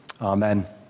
Amen